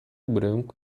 branco